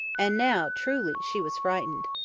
and now truly she was frightened.